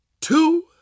two